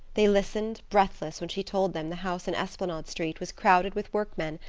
they listened, breathless, when she told them the house in esplanade street was crowded with workmen,